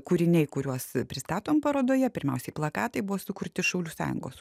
kūriniai kuriuos pristatom parodoje pirmiausiai plakatai buvo sukurti šaulių sąjungos